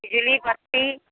बिजली बत्ती